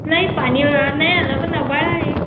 नाही पाणी नाही आलं पण आभाळ आहे